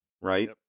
right